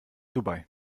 dubai